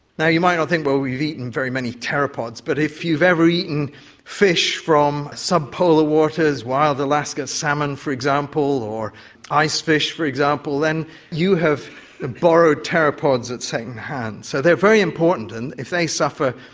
yeah you might not think but we've eaten very many pteropods, but if you've ever eaten fish from sub-polar waters, wild alaskan salmon for example or ice fish for example, then you have borrowed pteropods at second hand. so they are very important, and if they suffer,